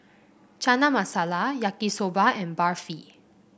Chana Masala Yaki Soba and Barfi